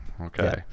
okay